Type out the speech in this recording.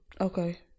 Okay